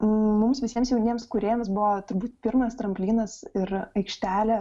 mums visiems jauniems kūrėjams buvo turbūt pirmas tramplynas ir aikštelė